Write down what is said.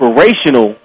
inspirational